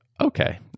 okay